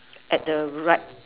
at the right